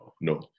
No